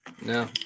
No